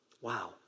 Wow